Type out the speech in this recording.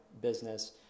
business